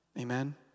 Amen